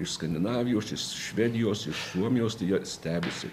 skandinavijos iš švedijos iš suomijos tai jie stebisi